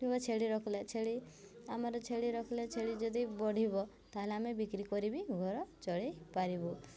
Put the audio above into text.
କିମ୍ବା ଛେଳି ରଖିଲେ ଛେଳି ଆମର ଛେଳି ରଖିଲେ ଛେଳି ଯଦି ବଢ଼ିବ ତା'ହେଲେ ଆମେ ବିକ୍ରି କରିବି ଘର ଚଳାଇ ପାରିବୁ